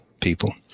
people